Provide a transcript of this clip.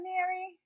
Mary